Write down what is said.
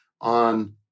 on